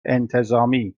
انتظامی